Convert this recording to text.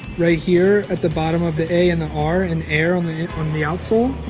right here, at the bottom of the a and the r, and air on the um the outsole,